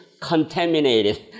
contaminated